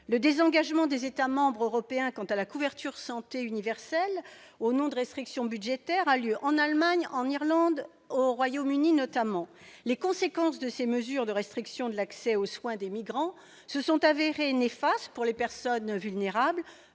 le désengagement des États membres européens quant à la couverture santé universelle, au nom de restrictions budgétaires, a lieu en Allemagne en Irlande au Royaume-Uni notamment les conséquences de ces mesures de restriction de l'accès aux soins des migrants se sont avérées néfastes pour les personnes vulnérables,